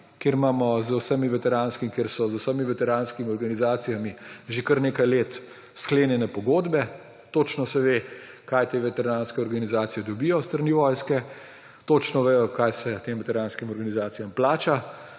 predvideno v Zakonu o obrambi, kjer imamo z vsemi veteranskimi organizacijami že kar nekaj let sklenjene pogodbe. Točno se ve, kaj te veteranske organizacije dobijo s strani vojske. Točno vedo, kaj se tem veteranskim organizacijam plača.